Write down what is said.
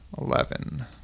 eleven